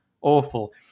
awful